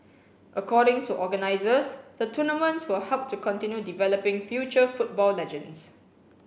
according to organisers the tournament will help to continue developing future football legends